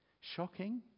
Shocking